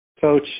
coach